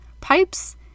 pipes